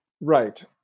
Right